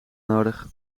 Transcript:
nodig